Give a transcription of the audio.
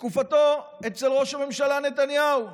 בתקופתו אצל ראש הממשלה נתניהו.